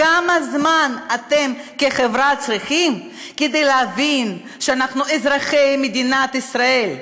כמה זמן אתם כחברה צריכים כדי להבין שאנחנו אזרחי מדינת ישראל?